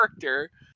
character